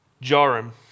Joram